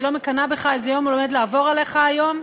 אני לא מקנאה בך איזה יום עומד לעבור עליך היום,